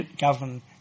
govern